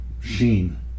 sheen